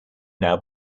now